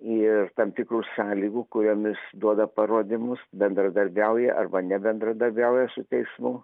ir tam tikrų sąlygų kuriomis duoda parodymus bendradarbiauja arba nebendradarbiauja su teismu